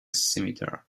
scimitar